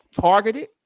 targeted